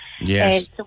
Yes